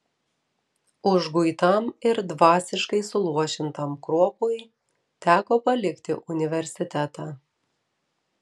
užguitam ir dvasiškai suluošintam kruopui teko palikti universitetą